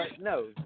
No